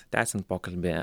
tęsiant pokalbį